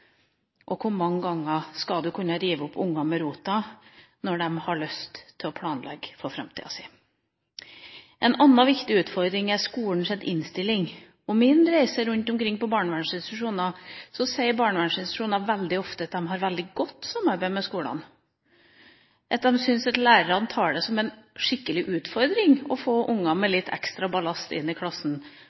og hvor mange ganger du skal kunne rive unger opp med rota, når de har lyst til å planlegge framtida si. En annen viktig utfordring er skolens innstilling. På min reise rundt omkring på barnevernsinstitusjonene sier de der veldig ofte at de har et godt samarbeid med skolene, at de syns lærerne tar det som en utfordring å få unger med litt ekstra ballast inn i klassen,